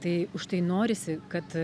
tai už tai norisi kad